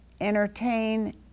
entertain